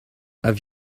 have